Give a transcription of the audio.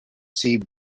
sea